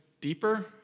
deeper